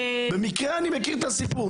במקרה אני מכיר את הסיפור.